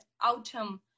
autumn